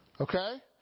Okay